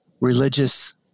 religious